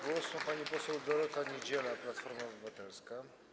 Głos ma pani poseł Dorota Niedziela, Platforma Obywatelska.